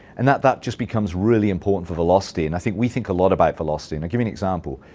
and that that just becomes really important for velocity, and i think we think a lot about velocity. and i'll give you an example.